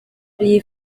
iyi